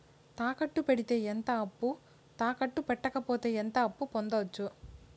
తాకట్టు పెడితే ఎంత అప్పు, తాకట్టు పెట్టకపోతే ఎంత అప్పు పొందొచ్చు?